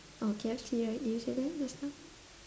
oh KFC right you said that just now